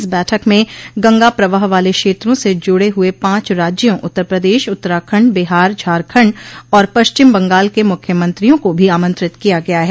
इस बैठक में गगा प्रवाह वाले क्षेत्रों से जुड़े हुए पांच राज्यों उत्तर प्रदेश उत्तराखण्ड बिहार झारखंड और पश्चिम बंगाल के मुख्यमंत्रियों को भी आमंत्रित किया गया है